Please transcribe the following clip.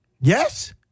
Yes